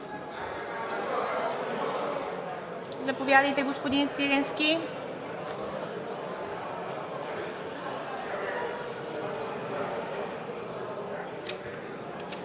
Заповядайте, господин Свиленски.